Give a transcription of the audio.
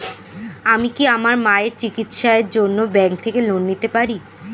আমি কি আমার মায়ের চিকিত্সায়ের জন্য ব্যঙ্ক থেকে লোন পেতে পারি?